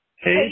Hey